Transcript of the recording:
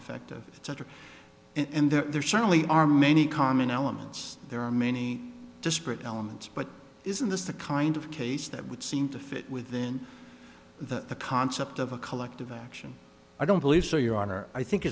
effective center and there certainly are many common elements there are many disparate elements but isn't this the kind of case that would seem to fit within the concept of a collective action i don't believe so your honor i think